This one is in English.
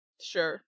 sure